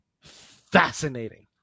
fascinating